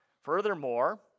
Furthermore